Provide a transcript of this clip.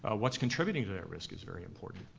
ah what's contributing to that risk is very important.